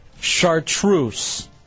Chartreuse